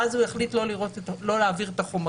ואז הוא יחליט לא להעביר את החומרים,